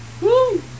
Woo